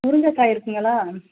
முருங்கக்காய் இருக்குதுங்களா